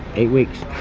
eight weeks.